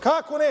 Kako ne?